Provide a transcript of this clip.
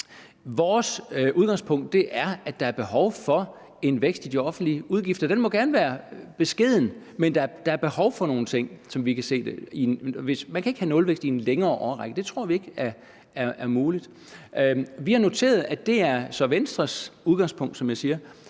Vores udgangspunkt er, at der er behov for en vækst i de offentlige udgifter. Den må gerne være beskeden, men der er behov for nogle ting, som vi kan se det. Man kan ikke have nulvækst i en længere årrække. Det tror vi ikke er muligt. Vi har noteret, at det så er Venstres udgangspunkt, som jeg siger.